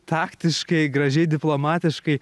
taktiškai gražiai diplomatiškai